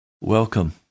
Welcome